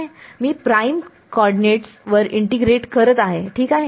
मी prime coordinates वर integrate करत आहे ठीक आहे